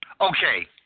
Okay